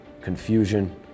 confusion